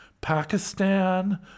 Pakistan